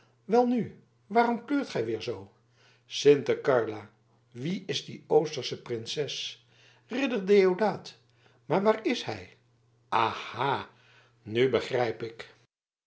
welnu waarom kleurt gij weer zoo sinte clara wie is die oostersche prinses ridder deodaat maar waar is hij aha nu begrijp ik